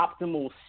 optimal